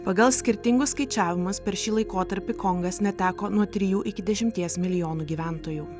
pagal skirtingus skaičiavimus per šį laikotarpį kongas neteko nuo trijų iki dešimties milijonų gyventojų